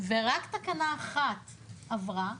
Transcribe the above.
ורק תקנה אחת עברה.